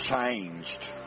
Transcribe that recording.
changed